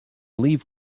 leave